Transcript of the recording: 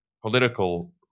political